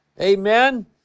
Amen